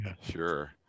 Sure